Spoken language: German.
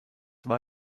war